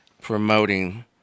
promoting